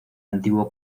antiguo